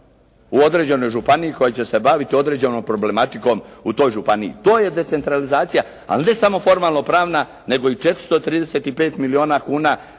u određenoj županiji koja će se baviti određenom problematikom u toj županiji. To je decentralizacija, ali ne samo formalno-pravna, nego i 435 milijuna kuna